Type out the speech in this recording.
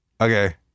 okay